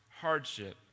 hardship